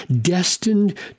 destined